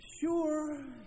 Sure